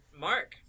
mark